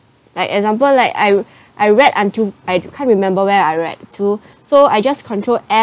like example like I I read until I can't remember where I read to so I just control F